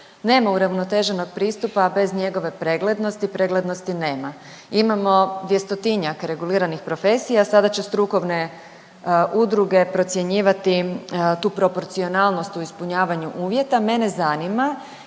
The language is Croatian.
nema uravnoteženog pristupa bez njegove preglednosti, preglednosti nema. Imamo dvjestotinjak reguliranih profesija, sada će strukovne udruge procjenjivati tu proporcionalnost u ispunjavanju uvjeta. Mene zanima